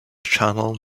channel